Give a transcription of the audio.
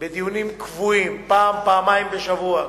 בדיונים קבועים, פעם, פעמיים בשבוע,